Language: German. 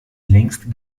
längst